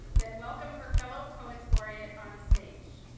then welcome her fellow poets laureate on stage.